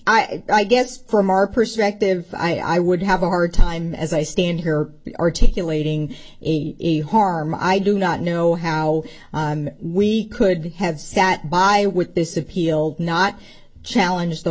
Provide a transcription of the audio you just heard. ott i guess from our perspective i would have a hard time as i stand here articulating a harm i do not know how we could have sat by with this appeal not challenge the